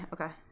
Okay